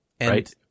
Right